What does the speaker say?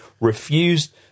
refused